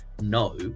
No